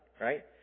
right